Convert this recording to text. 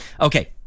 Okay